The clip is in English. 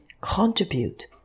contribute